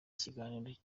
kiganiro